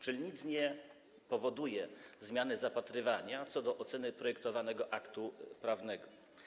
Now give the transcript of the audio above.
Czyli nic nie powoduje zmiany zapatrywania, jeśli chodzi o ocenę projektowanego aktu prawnego.